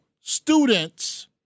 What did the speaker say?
students